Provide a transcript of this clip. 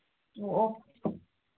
ꯑꯣ ꯑꯣ